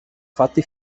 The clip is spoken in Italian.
fatti